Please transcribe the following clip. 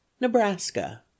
Nebraska